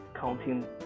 counting